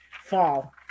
fall